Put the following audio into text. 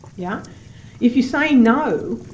yeah if you say no,